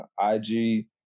ig